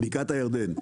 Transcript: בקעת הירדן.